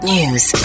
News